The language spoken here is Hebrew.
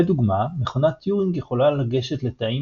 לדוגמה מכונת טיורינג יכולה לגשת לתאים